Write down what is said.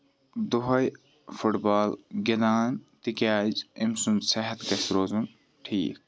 دۄہَے football گِندان تِکیازِ أمۍ سُند صحت گژھِ روزن ٹھیٖک